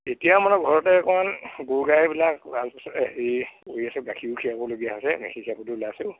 এতিয়া মানে ঘৰতে অকণমান গৰু গাইবিলাক আলপৈচান হেৰি কৰি আছোঁ গাখীৰো খীৰাবলগীয়া হৈছে গাখীৰ খীৰাবলৈ ওলাইছোঁ